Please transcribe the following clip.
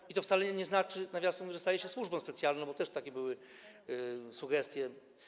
I to wcale nie znaczy, nawiasem mówiąc, że stanie się służbą specjalną, bo też takie były sugestie.